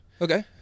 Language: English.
Okay